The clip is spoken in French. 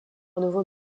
nouveau